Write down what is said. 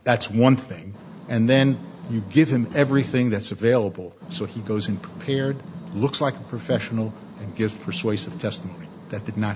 that's one thing and then you give him everything that's available so he goes in prepared looks like a professional and gives persuasive testing that